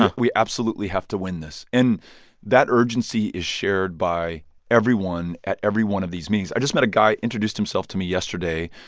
ah we absolutely have to win this. and that urgency is shared by everyone at every one of these meetings. i just met a guy introduced himself to me yesterday.